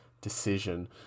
decision